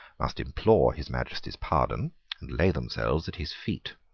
must implore his majesty's pardon, and lay themselves at his feet.